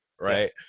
right